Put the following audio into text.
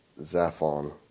Zaphon